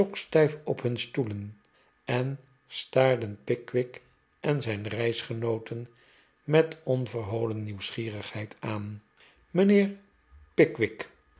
op hun stoelen en staarden pickwick en zijn reisgenooten met onverholen nieuwsgierigheid aan mijnheer pickwick